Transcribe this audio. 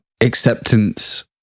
Acceptance